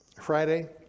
Friday